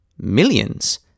Millions